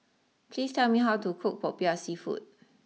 please tell me how to cook Popiah Seafood